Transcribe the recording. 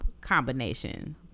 combination